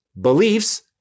Beliefs